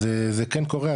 אז זה כן קורה,